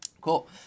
Cool